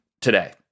today